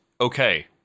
okay